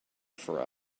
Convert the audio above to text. for